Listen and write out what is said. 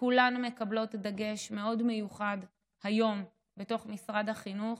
כולן מקבלות דגש מאוד מיוחד היום בתוך משרד החינוך,